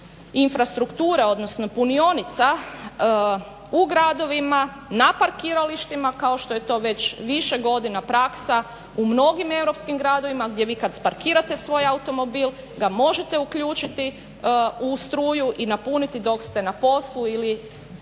infrastrukture odnosno punionica u gradovima, na parkiralištima kao što je to već više godina praksa u mnogim europskim gradovima gdje vi kad sparkirate svoj automobil ga možete uključiti u struju i napuniti dok ste na poslu ili